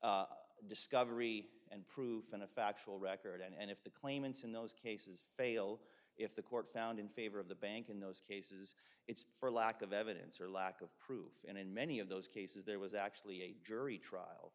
discovery and proof and a factual record and if the claimants in those cases fail if the court found in favor of the bank in those cases it's for lack of evidence or lack of proof and in many of those cases there was actually a jury trial